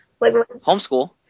Homeschool